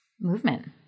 movement